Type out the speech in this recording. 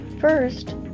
First